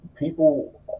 People